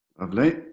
Lovely